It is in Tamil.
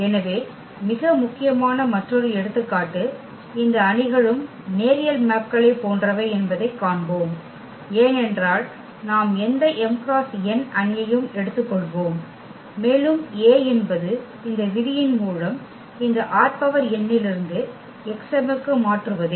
எனவே மிக முக்கியமான மற்றொரு எடுத்துக்காட்டு இந்த அணிகளும் நேரியல் மேப்களைப் போன்றவை என்பதைக் காண்போம் ஏனென்றால் நாம் எந்த m × n அணியையும் எடுத்துக்கொள்வோம் மேலும் A என்பது இந்த விதியின் மூலம் இந்த ℝn இலிருந்து X m க்கு மாற்றுவதே